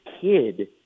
kid